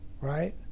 right